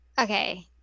Okay